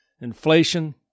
Inflation